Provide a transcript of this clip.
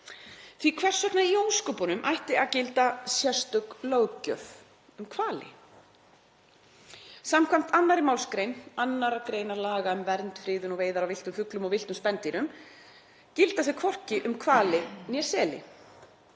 því hvers vegna í ósköpunum ætti að gilda sérstök löggjöf um hvali? Skv. 2. mgr. 2. gr. laga um vernd, friðun og veiðar á villtum fuglum og villtum spendýrum gilda þau hvorki um hvali né seli.